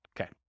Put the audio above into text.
Okay